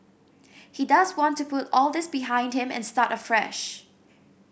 he does want to put all this behind him and start afresh